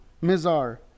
Mizar